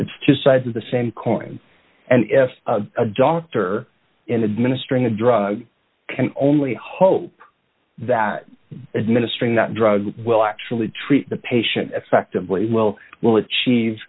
it's two sides of the same coin and if a doctor in administrating a drug can only hope that administer not drugs will actually treat the patient effectively well will achieve